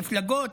מפלגות,